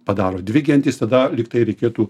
padaro dvi gentys tada lyg tai reikėtų